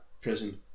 prison